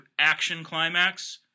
actionclimax